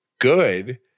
good